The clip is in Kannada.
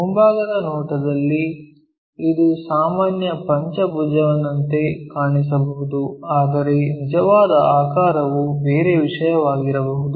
ಮುಂಭಾಗದ ನೋಟದಲ್ಲಿ ಇದು ಸಾಮಾನ್ಯ ಪಂಚಭುಜನಂತೆ ಕಾಣಿಸಬಹುದು ಆದರೆ ನಿಜವಾದ ಆಕಾರವು ಬೇರೆ ವಿಷಯವಾಗಿರಬಹುದು